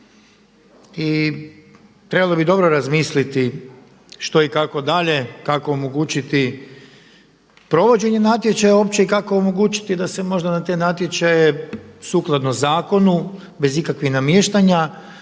I trebalo bi dobro razmisliti što i kako dalje, kako omogućiti provođenje natječaja i kako omogućiti da se možda na te natječaje sukladno zakonu bez ikakvih namještanja